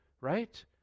right